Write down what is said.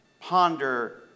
ponder